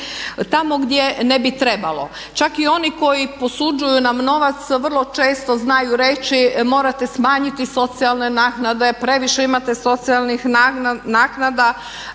tamo gdje ne bi trebalo. Čak i oni koji posuđuju nam novac vrlo često znaju reći, morate smanjiti socijalne naknade, previše imate socijalnih naknada.